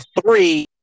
three